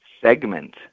segment